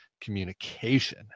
communication